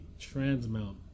transmount